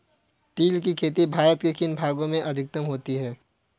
तिल की खेती भारत के किन भागों में अधिकतम होती है?